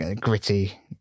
gritty